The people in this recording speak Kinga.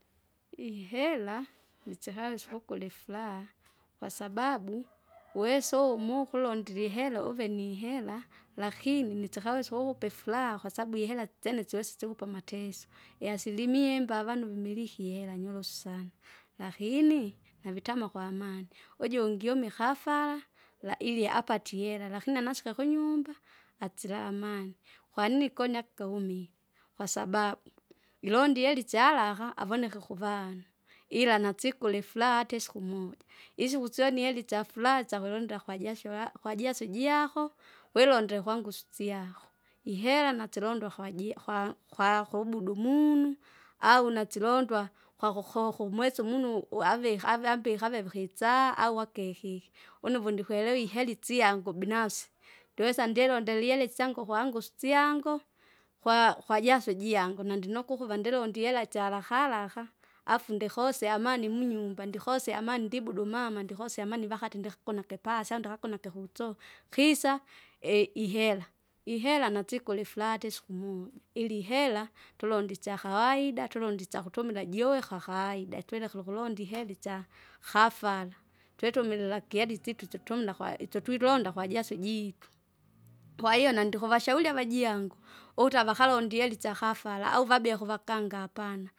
Ihera usikawesa kukura ifuraha, kwasababu uwesa uwe mukulondile ihela uve nihela lakini nisikawesa ukukupa ifuraha kwasabu ihera itsene syosi sikupa amateso, iasilimia imba avanu vimiliki ihera nyorosu sana, lakini navitama kwa amani, ujungi umikafara la- iliapatie iheralakini anasika kunyumba! atsila amani. Kwanini koni akaumie, kwasababu, ilondie ihera isyaraha avoneke kuvanu, ila nasikule ifuraa hata isiku moja, isiku syoni hera isyafuraa syakulonda kwajasho ya- kwajaso ijako, wilondile kwangu usu- siaho, iheranasilondwa kwaji- kwa- kwakubudu umunu au nasilondwa kwakukoku umwesi umunu uavika avi ambika avivi kitsaa au akikiki. Uno vundikwelewi ihela isyangu binafsi, ndiwesa ndyelondele ihera isyangu kwangu syango, kwa- kwajasho ijangu nandino kukuva ndilondie ihela itsyalaka alaka, afu ndikosya amani munyumba ndikosya amani ndibudu mama ndikosya vakati ndikakuno ikipasya ndakanuno ikuhutsu. kisa e- ihera, ihera natsikula ifuraa hata isiku moja, ila ihera tulonde isyakawaida, tulonde isyakutumila juwe kakawaida twilekire ukulonda ihera itsya hafara, twitumilila ikihera isyitu tutumila kwa isyotwilonda kwajaso ijitu, kwahiyo nandikuvashauri avajiangu ukuta avakalonde ihera isyakafara au vabie kuvakanga apana.